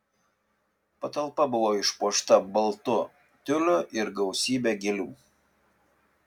patalpa buvo išpuošta baltu tiuliu ir gausybe gėlių